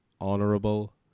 honorable